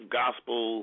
gospel